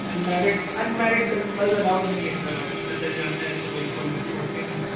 unmarried unmarried couples allowed नहीं है sir और पता चल जाता है तो बिल्कुल भी छोड़ते सर हैं